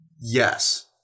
Yes